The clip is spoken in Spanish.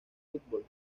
football